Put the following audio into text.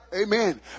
Amen